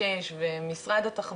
שוב, הרשות הממונה אומרת שזה פה לפניכם.